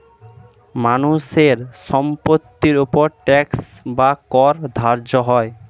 মানুষের সম্পত্তির উপর ট্যাক্স বা কর ধার্য হয়